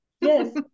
Yes